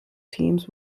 teams